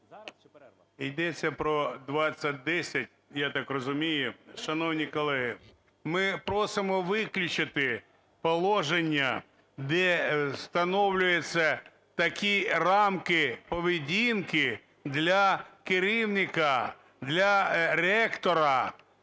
Йдеться про 2010, я так розумію. Шановні колеги, ми просимо виключити положення, де встановлюються такі рамки поведінки для керівника, для ректора